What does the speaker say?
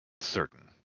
certain